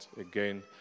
Again